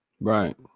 right